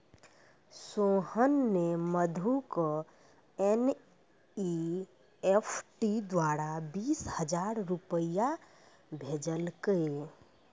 सोहन ने मधु क एन.ई.एफ.टी द्वारा बीस हजार रूपया भेजलकय